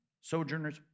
sojourners